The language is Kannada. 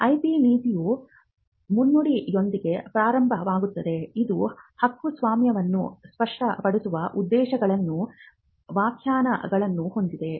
ಐಪಿ ನೀತಿಯು ಮುನ್ನುಡಿಯೊಂದಿಗೆ ಪ್ರಾರಂಭವಾಗುತ್ತದೆ ಇದು ಹಕ್ಕುಸ್ವಾಮ್ಯವನ್ನು ಸ್ಪಷ್ಟಪಡಿಸುವ ಉದ್ದೇಶಗಳು ವ್ಯಾಖ್ಯಾನಗಳನ್ನು ಹೊಂದಿದೆ